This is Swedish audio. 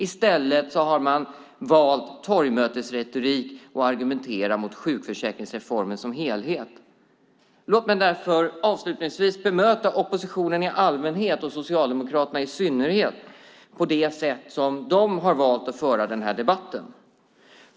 I stället har man valt torgmötesretorik och argumenterar mot sjukförsäkringsreformen som helhet. Låt mig därför avslutningsvis bemöta oppositionen i allmänhet och Socialdemokraterna i synnerhet på det sätt som de har valt att föra den här debatten.